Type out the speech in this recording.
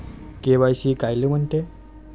KYC कायले म्हनते?